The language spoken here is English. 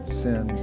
sin